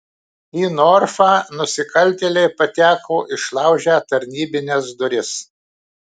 į norfą nusikaltėliai pateko išlaužę tarnybines duris